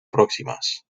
próximas